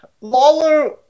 Lawler